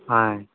ఆయ్